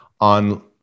on